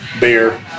beer